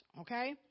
okay